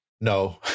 No